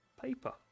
paper